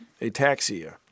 ataxia